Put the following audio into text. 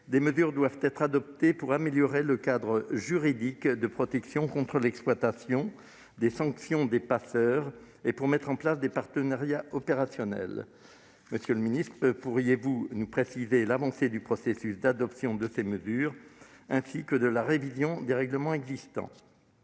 des mesures doivent être adoptées pour améliorer le cadre juridique de protection contre l'exploitation et des sanctions contre les passeurs, et pour mettre en place des partenariats opérationnels. Monsieur le secrétaire d'État, pourriez-vous nous préciser l'avancée du processus d'adoption de ces mesures et de la révision des règlements existants ?